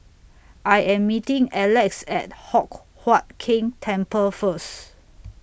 I Am meeting Alex At Hock Huat Keng Temple First